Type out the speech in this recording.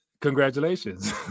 Congratulations